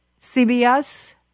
CBS